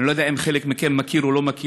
אני לא יודע אם חלק מכם מכיר או לא מכיר,